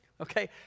Okay